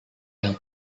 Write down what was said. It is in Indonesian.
yang